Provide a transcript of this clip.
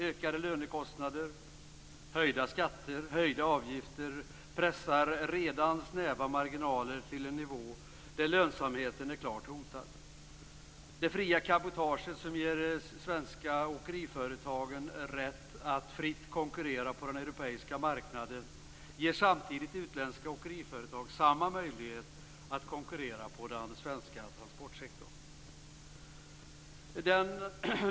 Ökade lönekostnader, höjda skatter och höjda avgifter pressar redan snäva marginaler till en nivå där lönsamheten är klart hotad. Det fria cabotaget som ger svenska åkeriföretag rätten att fritt konkurrera på den europeiska marknaden ger samtidigt utländska åkeriföretag samma möjlighet att konkurrera på den svenska transportsektorn.